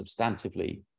substantively